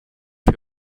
fut